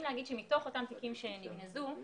שמתוך אותם תיקים שנגנזו,